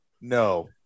No